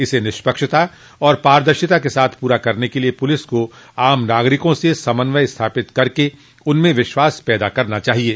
इसे निष्पक्षता और पारदर्शिता के साथ पूरा करने के लिय पुलिस को आम नागारिकों से समन्वय स्थापित कर उनमें विश्वास पैदा करना चाहिये